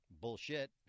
Bullshit